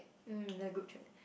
mm in the group chat